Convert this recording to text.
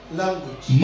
language